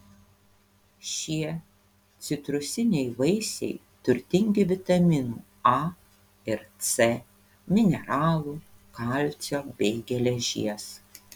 šie citrusiniai vaisiai turtingi vitaminų a ir c mineralų kalcio bei geležies